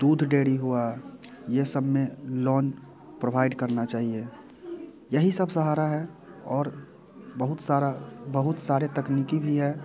दूध डेयरी हुआ ये सब में लोन प्रोभाइड करना चाहिए यही सब सहारा है और बहुत सारा बहुत सारे तकनीकी भी है